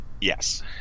Yes